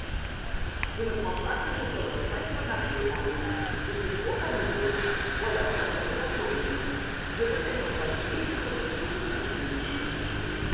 je ne crois pas que je sois en train de me marier harry je suis trop amoureux voilà un de vos aphorismes je le mets en pratique comme tout ce que vous dites